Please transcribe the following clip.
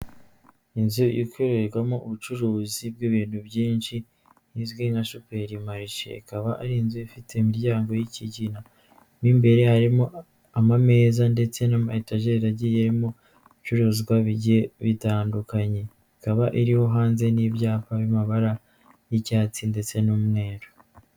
Inzu ikorerwamo ubucuruzi bw'ibintu byinshi izwi nka superi marishe, ikaba ari inzu ifite imiryango y'ikigina b imbere harimo ameza ndetse na ma etajeri agiyemo ibicuruzwa bitandukanye ikaba iriho hanze n'ibyapa by'amabara n'icyatsi ndetse n'umweru.